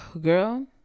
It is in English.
Girl